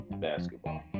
basketball